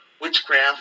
witchcraft